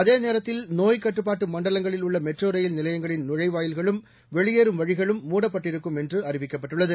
அதேநேரத்தில் நோய்க் கட்டுப்பாட்டு மண்டலங்களில் உள்ள மெட்ரோ ரயில் நிலையங்களின் நுழைவாயில்களும் வெளியேறும் வழிகளும் மூடப்பட்டிருக்கும் என்று அறிவிக்கப்பட்டுள்ளது